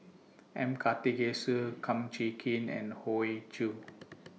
M Karthigesu Kum Chee Kin and Hoey Choo